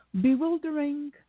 bewildering